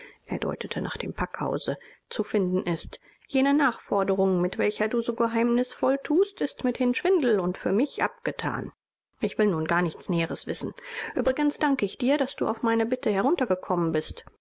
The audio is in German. er deutete nach dem packhause zu finden ist jene nachforderung mit welcher du so geheimnisvoll thust ist mithin schwindel und für mich abgethan ich will nun gar nichts näheres wissen uebrigens danke ich dir daß du auf meine bitte heruntergekommen bist